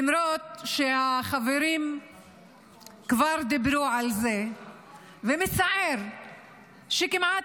למרות שהחברים כבר דיברו על זה ומצער שכמעט